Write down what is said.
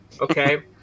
okay